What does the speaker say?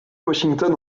washington